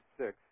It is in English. six